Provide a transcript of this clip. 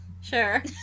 Sure